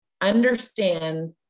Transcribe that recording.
understand